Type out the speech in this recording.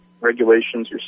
regulations